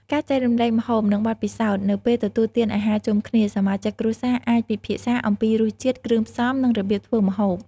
ការចែករំលែកម្ហូប និងបទពិសោធន៍៖ នៅពេលទទួលទានអាហារជុំគ្នា សមាជិកគ្រួសារអាចពិភាក្សាអំពីរសជាតិ គ្រឿងផ្សំ និងរបៀបធ្វើម្ហូប។